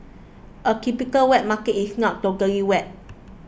a typical wet market is not totally wet